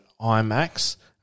IMAX